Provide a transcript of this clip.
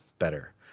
better